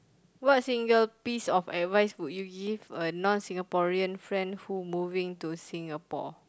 what single piece of advice would you give to a non Singaporean friend who moving to Singapore